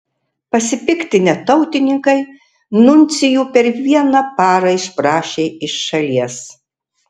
pasipiktinę tautininkai nuncijų per vieną parą išprašė iš šalies